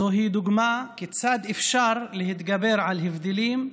זוהי דוגמה כיצד אפשר להתגבר על הבדלים,